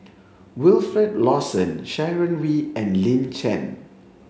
Wilfed Lawson Sharon Wee and Lin Chen